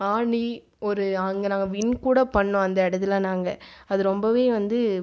ஆடி ஒரு அங்கே நாங்கள் வின் கூட பண்ணிணோம் அந்த இடத்துல நாங்கள் அது ரொம்ப வந்து